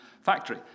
factory